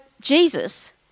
Jesus